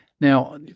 Now